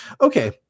okay